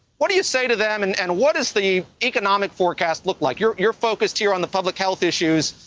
what do you say to them and and what is the economic forecast look like? you're you're focused here on the public health issues,